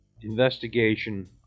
investigation